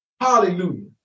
Hallelujah